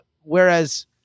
Whereas